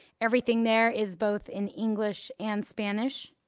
everything there is both in english and spanish.